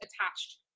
attached